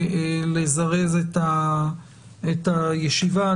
לזרז את הישיבה.